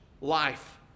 life